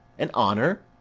an honour?